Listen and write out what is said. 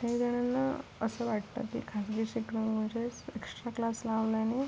काही जणांना असं वाटतं की खाजगी शिकवणी म्हणजेच एक्स्ट्रा क्लास लावल्याने